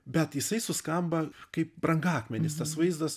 bet jisai suskamba kaip brangakmenis tas vaizdas